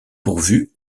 pourvus